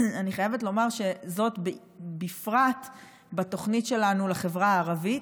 אני חייבת לומר שזאת בפרט בתוכנית שלנו לחברה הערבית,